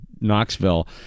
Knoxville